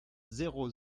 zéro